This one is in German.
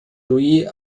louis